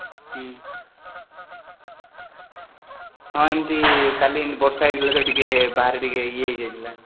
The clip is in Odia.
ହୁଁ ହଁ ଏମିତି କାଲି ଏମିତି ବର୍ଷା ହେଇଥିଲା ତ ଟିକିଏ ବାହାରେ ଟିକିଏ ଇଏ ହେଇଯାଇଥିଲା